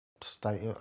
state